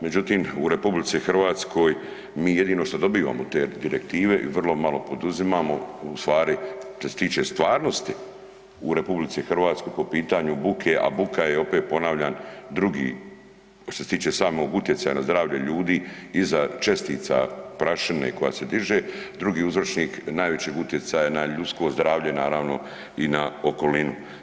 Međutim, u RH mi jedino što dobivamo od te direktive i vrlo malo poduzimamo, u stvari što se tiče stvarnosti u RH po pitanju buke, a buka je opet ponavljam drugi, što se tiče samog utjecaja na zdravlje ljudi, iza čestica prašine koja se diže, drugi uzročnik najvećeg utjecaja na ljudsko zdravlje naravno i na okolinu.